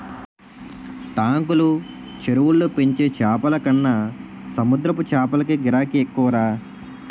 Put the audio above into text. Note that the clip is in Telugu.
టాంకులు, చెరువుల్లో పెంచే చేపలకన్న సముద్రపు చేపలకే గిరాకీ ఎక్కువరా